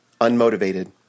unmotivated